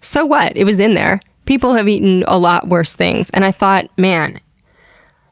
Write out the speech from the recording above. so what? it was in there. people have eaten a lot worse things. and i thought,